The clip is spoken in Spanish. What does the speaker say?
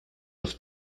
sus